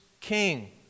King